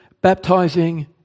baptizing